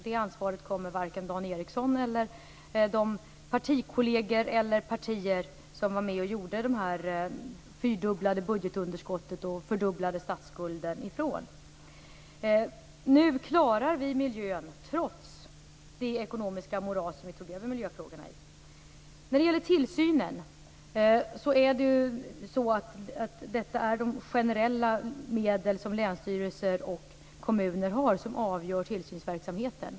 Det ansvaret kommer varken Dan Ericsson eller de partier som var med och fyrdubblade budgetunderskottet och fördubblade statsskulden ifrån. Nu klarar vi miljön trots det ekonomiska moras som vi tog över när det gäller miljöfrågorna. Ifråga om tillsynen är det de generella medel som länsstyrelser och kommuner har som avgör tillsynsverksamheten.